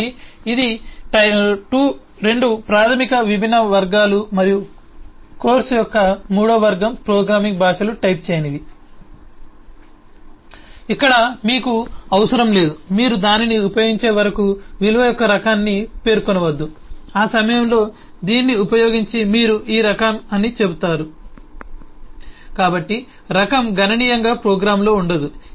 కాబట్టి ఇవి 2 ప్రాథమిక విభిన్న వర్గాలు మరియు కోర్సు యొక్క మూడవ వర్గం ప్రోగ్రామింగ్ భాషలు టైప్ చేయనివి ఇక్కడ మీకు అవసరం లేదు మీరు దానిని ఉపయోగించే వరకు విలువ యొక్క రకాన్ని పేర్కొనవద్దు ఆ సమయంలో దీన్ని ఉపయోగించి మీరు ఈ రకం అని చెబుతారు కాబట్టి రకం గణనీయంగా ప్రోగ్రామ్లో ఉండదు